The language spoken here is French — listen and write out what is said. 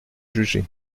jugé